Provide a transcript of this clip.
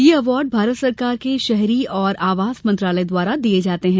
यह अवार्ड भारत सरकार के शहरी एवं आवास मंत्रालय द्वारा दिये जाते हैं